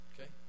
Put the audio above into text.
okay